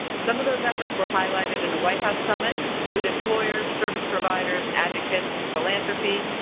some of those efforts were highlighted in a white house summit with employers, service providers, advocates and philanthropy,